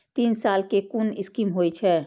तीन साल कै कुन स्कीम होय छै?